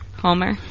Homer